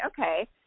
okay –